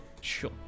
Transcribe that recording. Sure